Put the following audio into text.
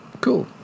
cool